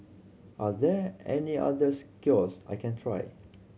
are there any others cures I can try